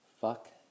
Fuck